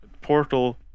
portal